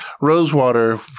Rosewater